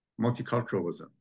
multiculturalism